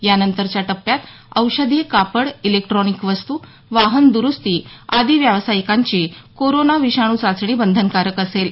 यानंतरच्या टप्प्यात औषधी कापड इलेक्ट्रॉनिक वस्तू वाहन दुरुस्ती आदी व्यावसायिकांची कोरोना विषाणू चाचणी बंधनकारक असेल